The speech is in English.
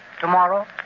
Tomorrow